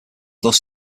thus